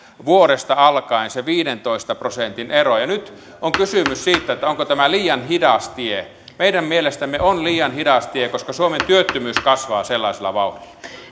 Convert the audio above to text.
alkaen se viidentoista prosentin ero nyt on kysymys siitä onko tämä liian hidas tie meidän mielestämme tämä on liian hidas tie koska suomen työttömyys kasvaa sellaisella vauhdilla